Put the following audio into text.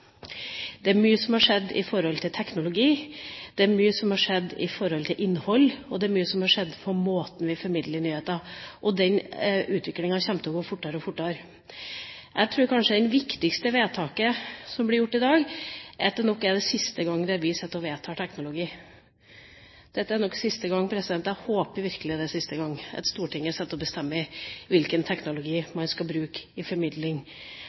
Det er mye som har skjedd når det gjelder teknologi, det er mye som har skjedd når det gjelder innhold, og det er mye som har skjedd når det gjelder måten vi formidler nyheter på. Og den utviklinga kommer til å gå fortere og fortere. Jeg tror kanskje det viktigste som blir gjort i dag, er at det nok er siste gang vi sitter og vedtar teknologi. Jeg håper virkelig det er siste gang Stortinget bestemmer hvilken teknologi man skal bruke i formidling